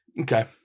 okay